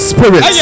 Spirit